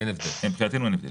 אני לא מדבר על